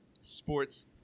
sports